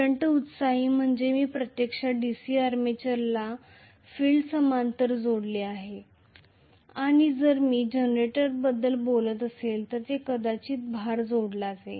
shunt excited म्हणजे मी प्रत्यक्षात DC आर्मेचरला फील्डशी समांतर जोडलेले आहे आणि जर मी जनरेटरबद्दल बोलत असेल तर येथे कदाचित भार जोडला जाईल